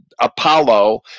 Apollo